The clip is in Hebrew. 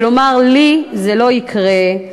ולומר: לי זה לא יקרה,